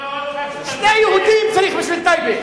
שני יהודים צריך בשביל טייבה.